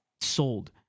sold